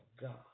God